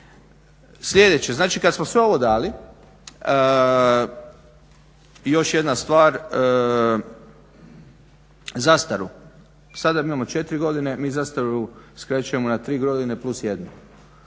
Sljedeće. Znači kad smo sve ovo dali još jedna stvar, zastaru. Sada imamo 4 godine, mi zastaru skrećemo na 3 godine plus 1,